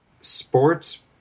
sports